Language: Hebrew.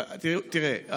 תראה,